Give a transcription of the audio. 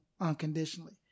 unconditionally